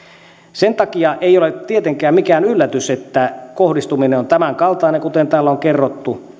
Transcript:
sen takia ei ole tietenkään mikään yllätys että kohdistuminen on tämän kaltainen kuten täällä on kerrottu